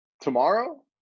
Tomorrow